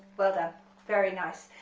but very nice.